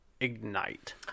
ignite